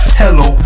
hello